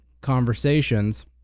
conversations